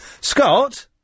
Scott